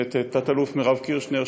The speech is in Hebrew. ואת תת-אלוף מירב קירשנר,